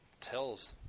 tells